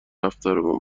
رفتارمان